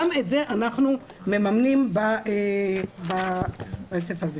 גם את זה אנחנו מממנים ברצף הזה.